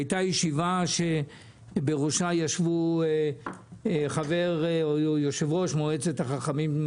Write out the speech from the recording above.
הייתה ישיבה שבראשה ישבו יושב-ראש מועצת החכמים,